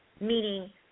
meaning